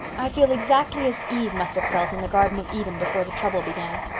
i feel exactly as eve must have felt in the garden of eden before the trouble began.